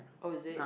oh is it